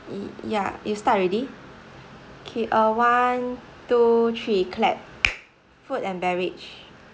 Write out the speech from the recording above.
eh ya you start already K uh one two three clap food and beverage